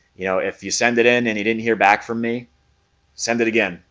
you know, if you send it in and you didn't hear back from me send it again.